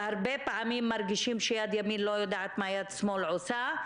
והרבה פעמים מרגישים שיד ימין לא יודעת מה יד שמאל עושה.